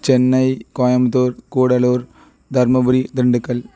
Chennai Coimbatore Gudalur Dharmapuri Dindigul